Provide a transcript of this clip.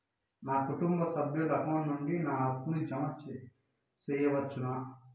నా కుటుంబ సభ్యుల అకౌంట్ నుండి నా అప్పును జామ సెయవచ్చునా?